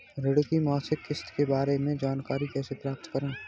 ऋण की मासिक किस्त के बारे में जानकारी कैसे प्राप्त करें?